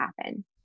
happen